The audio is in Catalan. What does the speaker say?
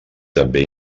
també